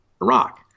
Iraq